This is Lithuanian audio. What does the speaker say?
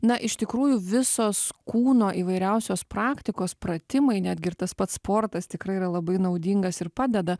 na iš tikrųjų visos kūno įvairiausios praktikos pratimai netgi ir tas pats sportas tikrai yra labai naudingas ir padeda